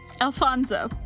Alfonso